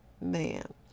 Man